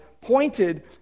pointed